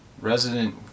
resident